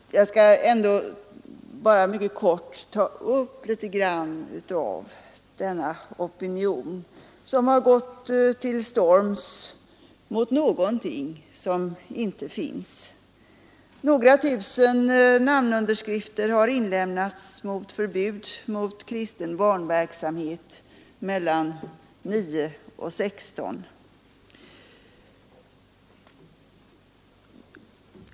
Jag skall ändå helt kort beröra den opinion som har gått till storms mot någonting som inte finns. Några tusen namnunderskrifter har inlämnats mot förbud för kristen barnverksamhet kl. 9—16.